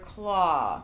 Claw